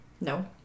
No